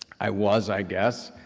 i was, i guess,